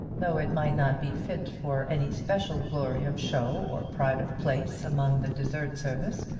though it might not be fit for any special glory of show or pride of place among the dessert service,